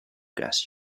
gas